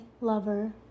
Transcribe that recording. Lover